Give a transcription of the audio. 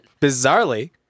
Bizarrely